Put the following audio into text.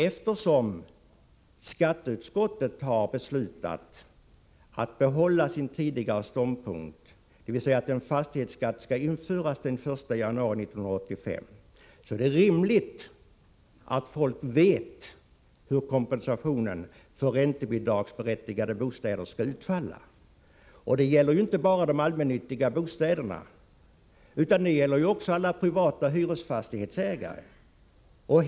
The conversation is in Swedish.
Eftersom skatteutskottet har beslutat att behålla sin tidigare ståndpunkt, dvs. att en fastighetsskatt skall införas den 1 januari 1985, är det rimligt att folk vet hur kompensationen för räntebidragsberättigade bostäder skall utfalla. Denna gäller dessutom inte bara för de allmännyttiga bostäderna utan också för alla privata hyresfastighetsägare.